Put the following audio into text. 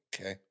Okay